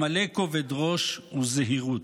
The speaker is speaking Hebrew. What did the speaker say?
המלא כובד ראש וזהירות.